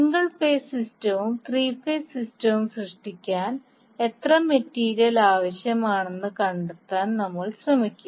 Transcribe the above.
single phase സിസ്റ്റവും three phase സിസ്റ്റവും സൃഷ്ടിക്കാൻ എത്ര മെറ്റീരിയൽ ആവശ്യമാണെന്ന് കണ്ടെത്താൻ നമ്മൾ ശ്രമിക്കും